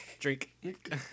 Drink